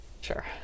Sure